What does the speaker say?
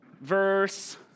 verse